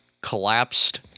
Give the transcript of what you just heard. collapsed